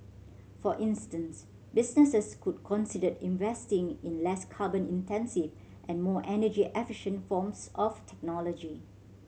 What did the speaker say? for instance businesses could consider investing in less carbon intensive and more energy efficient forms of technology